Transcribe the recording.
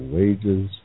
wages